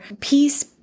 peace